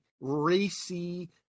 racy